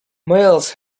males